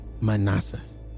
manassas